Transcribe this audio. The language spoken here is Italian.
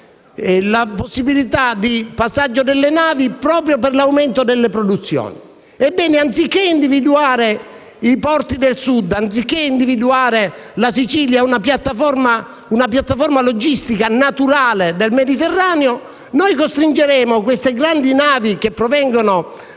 la possibilità di passaggio delle navi proprio per l'aumento delle produzioni. Ebbene, anziché individuare i porti del Sud, anziché individuare la Sicilia come naturale piattaforma logistica naturale del Mediterraneo, costringeremo le grandi navi che provengono